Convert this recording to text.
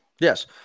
Yes